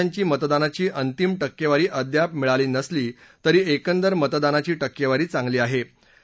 सर्व राज्यांची मतदानाची अंतीम टक्केवारी अद्याप मिळाली नसली तरी एकंदर मतदानाची टक्केवारी चांगली आहे